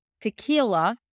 tequila